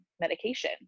medication